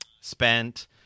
spent